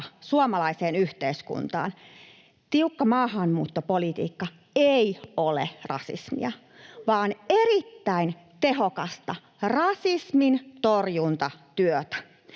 suomalaiseen yhteiskuntaan, ei ole rasismia vaan erittäin tehokasta rasismintorjuntatyötä.